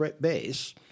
base